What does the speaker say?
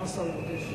מה השר מבקש?